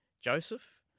Joseph